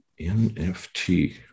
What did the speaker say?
NFT